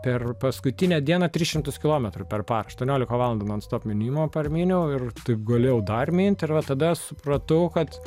per paskutinę dieną tris šimtus kilometrų per parą aštuoniolika valandų non stop mynimo parmyniau ir taip galėjau dar minti ir va tada supratau kad